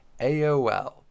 AOL